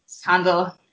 handle